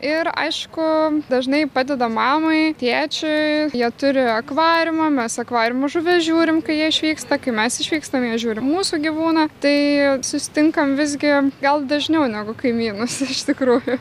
ir aišku dažnai padedam mamai tėčiui jie turi akvariumą mes akvariumo žuvis žiūrim kai jie išvyksta kai mes išvykstam jie žiūri mūsų gyvūną tai susitinkam visgi gal dažniau negu kaimynus iš tikrųjų